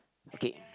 okay